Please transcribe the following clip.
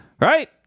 right